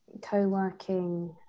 co-working